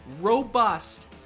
robust